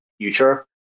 future